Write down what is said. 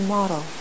model